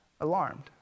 alarmed